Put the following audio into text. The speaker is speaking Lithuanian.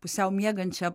pusiau miegančią